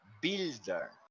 builder